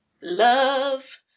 Love